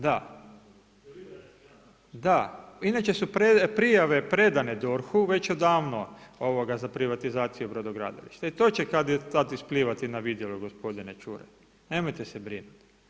Da, da, inače su prijave predane DORH-u, već odavno, za privatizaciju brodogradilišta i to će kad-tad isplivati na vidjelo gospodine Čuraj, nemojte se brinuti.